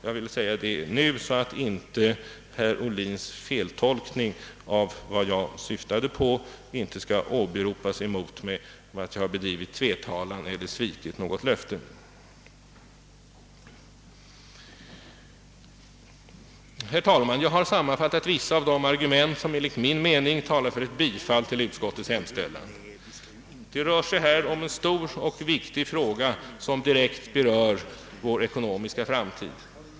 Jag vill säga detta nu, så att inte herr Ohlins feltolkning av mitt uttalande skall åberopas emot mig och för att det inte skall sägas att jag fört tvetalan och svikit något löfte. Herr talman! Jag har här sammanfattat vissa av de argument som enligt min mening talar för ett bifall till utskottets hemställan. Det gäller en stor och viktig fråga som direkt påverkar vår ekonomiska framtid.